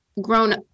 grown